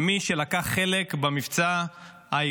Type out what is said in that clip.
את כל מי שלקח חלק במבצע ההירואי